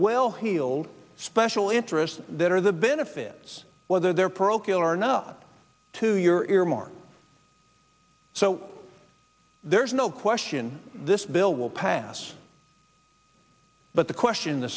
well heeled special interests that are the benefits whether they're pro kill or not to your earmarks so there's no question this bill will pass but the question the